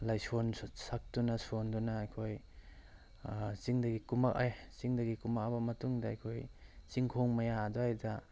ꯂꯥꯏꯁꯣꯟ ꯁꯛꯇꯨꯅ ꯁꯣꯟꯗꯨꯅ ꯑꯩꯈꯣꯏ ꯆꯤꯡꯗꯒꯤ ꯀꯨꯝꯃꯛꯑꯦ ꯆꯤꯡꯗꯒꯤ ꯀꯨꯝꯃꯛꯑꯕ ꯃꯇꯨꯡꯗ ꯑꯩꯈꯣꯏ ꯆꯤꯡꯈꯣꯡ ꯃꯌꯥ ꯑꯗꯨꯋꯥꯏꯗ